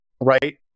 Right